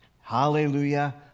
Hallelujah